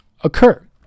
occur